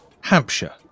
Hampshire